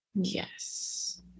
Yes